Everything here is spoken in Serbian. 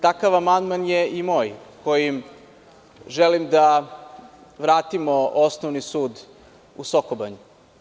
Takav amandman je i moj, kojim želim da vratimo Osnovni sud u Soko Banji.